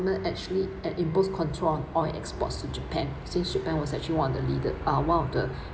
~ment actually impose control on oil exports to japan since japan was actually one of the leader uh one of the